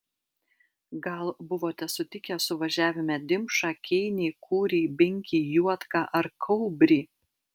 gal buvote sutikę suvažiavime dimšą keinį kūrį binkį juodką ir kaubrį